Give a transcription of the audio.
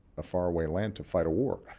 a far away land to fight a war.